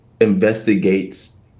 investigates